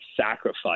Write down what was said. sacrifice